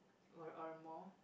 or or more